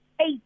Eight